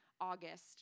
August